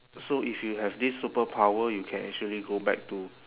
so if you have this superpower you can actually go back to